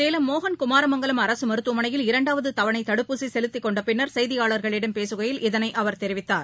சேலம் மோகன் குமாரமங்கலம் அரசுமருத்துவமனையில் இரண்டாவதுதவனைதடுப்பூசிசெலுத்திக் கொண்டபின்னர் செய்தியாளர்களிடம் பேசுகையில் இதனைஅவர் தெரிவித்தார்